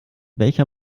welcher